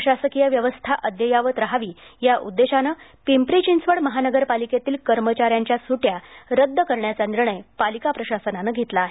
प्रशासकीय व्यवस्था अद्ययावत राहावी या उद्देशानं पिंपरी चिंचवड महानगर पालिकेतील कर्मचाऱ्याच्या सुट्ट्या रद्द करण्याचा निर्णय पालिका प्रशासनानं घेतला आहे